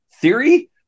theory